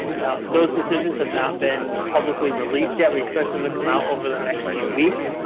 now, those decisions have not been publicly released yet. we expect them to come out over the next few weeks.